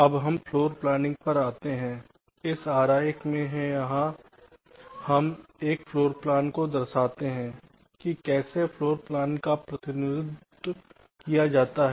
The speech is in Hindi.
अब हम एक फ्लोरप्लानिंग पर आते हैं इस आरेख में यहां हम एक फ्लोरप्लान के प्रतिनिधित्व को दर्शाते हैं कि कैसे फ्लोरप्लान का प्रतिनिधित्व किया जाता है